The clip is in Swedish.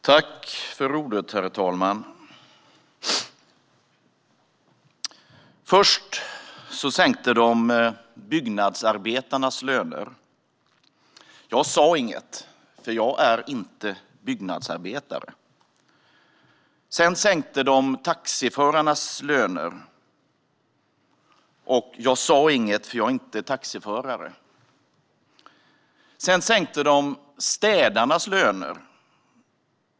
Herr talman! Först sänkte de byggnadsarbetarnas löner. Jag sa inget, för jag är inte byggnadsarbetare. Sedan sänkte de taxiförarnas löner. Jag sa inget, för jag är inte taxiförare. Sedan sänkte de städarnas löner.